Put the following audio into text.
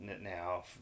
now